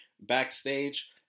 backstage